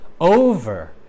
over